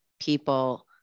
people